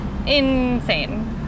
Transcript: insane